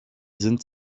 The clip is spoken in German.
sind